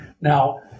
Now